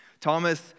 Thomas